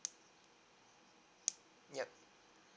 yup